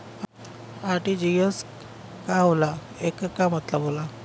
RTGS का होला एकर का मतलब होला?